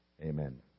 Amen